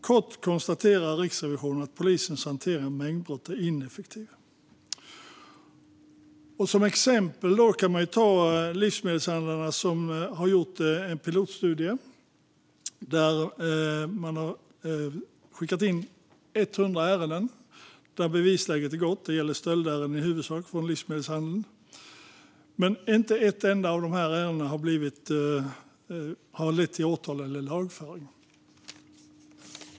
Kort konstaterar Riksrevisionen att polisens hantering av mängdbrott är ineffektiv. Låt mig nämna ett exempel. Livsmedelshandlarna har gjort en pilotstudie där man har skickat in 100 ärenden där bevisläget varit gott. Det gäller i huvudsak stöldärenden inom livsmedelshandeln. Inte ett enda av dessa ärenden har dock lett till åtal eller lagföring.